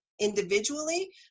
individually